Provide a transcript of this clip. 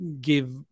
give